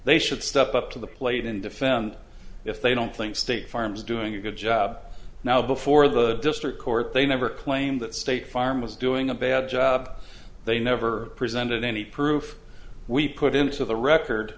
they should step up to the plate and defend if they don't think state farm is doing a good job now before the district court they never claim that state farm is doing a bad job they never presented any proof we put into the record